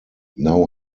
now